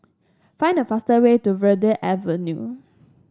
find the fastest way to Verde Avenue